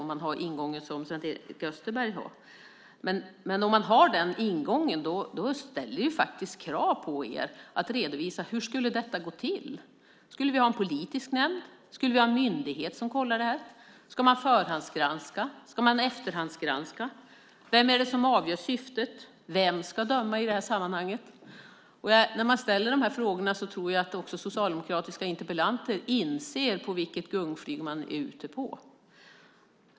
Men har man den ingången ställer det krav på att redovisa hur detta ska gå till. Ska vi ha en politisk nämnd eller en myndighet som kollar detta? Ska man förhands eller efterhandsgranska? Vem är det som avgör syftet? Vem ska döma i detta sammanhang? När man ställer dessa frågor inser nog även socialdemokratiska interpellanter vilket gungfly de är ute på.